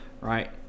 right